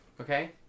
Okay